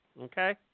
Okay